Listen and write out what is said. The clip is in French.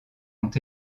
ont